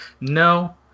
No